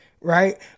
right